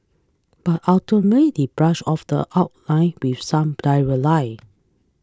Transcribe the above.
but ultimately they brush off the outline with some diarrhoea lie